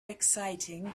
exciting